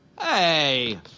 Hey